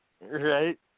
Right